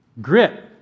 Grit